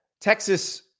Texas